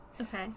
Okay